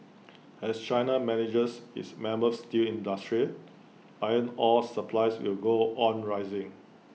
as China manages its mammoth steel industry iron ore supplies will go on rising